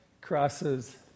crosses